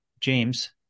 James